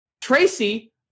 tracy